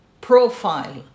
profile